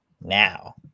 now